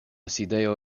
sidejo